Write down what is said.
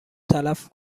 تلف